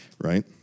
right